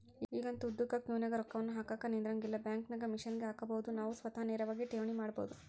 ಈಗಂತೂ ಉದ್ದುಕ ಕ್ಯೂನಗ ರೊಕ್ಕವನ್ನು ಹಾಕಕ ನಿಂದ್ರಂಗಿಲ್ಲ, ಬ್ಯಾಂಕಿನಾಗ ಮಿಷನ್ಗೆ ಹಾಕಬೊದು ನಾವು ಸ್ವತಃ ನೇರವಾಗಿ ಠೇವಣಿ ಮಾಡಬೊದು